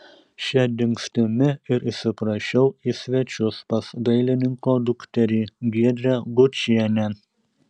šia dingstimi ir įsiprašiau į svečius pas dailininko dukterį giedrę gučienę